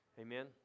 Amen